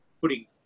putting